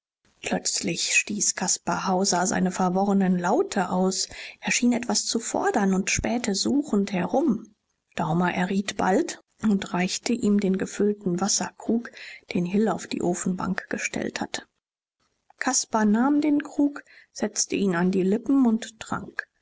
plötzlich stieß caspar hauser seine verworrenen laute aus er schien etwas zu fordern und spähte suchend herum daumer erriet bald und reichte ihm den gefüllten wasserkrug den hill auf die ofenbank gestellt hatte caspar nahm den krug setzte ihn an die lippen und trank